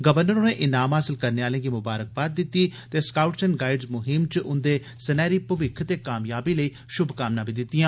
governor होरें इनाम हासल करने आलें गी ममारकबाद दित्ती ते स्काउट्स एंड गाइड्ज़ मुहिम च उंदे सनैहरी भविक्ख ते कामयाबी लेई शुभ कामनां बी दित्तियां